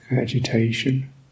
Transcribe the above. agitation